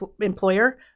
employer